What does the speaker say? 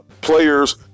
players